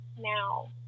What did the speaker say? now